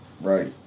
Right